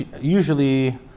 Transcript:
usually